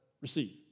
receive